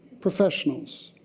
professionals.